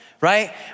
right